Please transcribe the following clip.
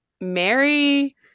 Mary